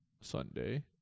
Sunday